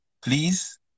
please